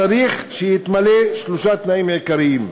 צריך שיתמלאו שלושה תנאים עיקריים: